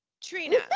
Trina